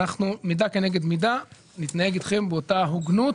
אנחנו מידה כנגד מידה נתנהג איתכם באותה הוגנות